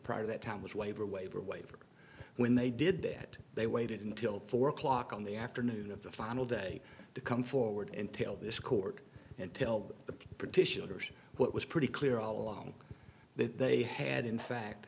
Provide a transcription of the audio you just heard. prior to that time was waiver waiver waiver when they did that they waited until four o'clock on the afternoon of the final day to come forward and tell this court and tell the petitioners what was pretty clear all along that they had in fact